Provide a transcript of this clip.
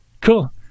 Cool